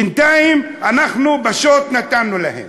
בינתיים, אנחנו פשוט נתנו להם.